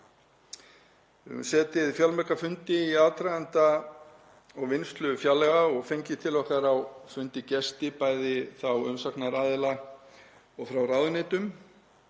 Við höfum setið fjölmarga fundi í aðdraganda og vinnslu fjárlaga og fengið til okkar á fund gesti, bæði umsagnaraðila og frá ráðuneytum.